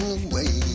away